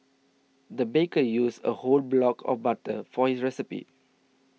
the baker used a whole block of butter for his recipe